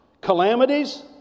calamities